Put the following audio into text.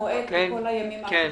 המועד וכל הימים האחרים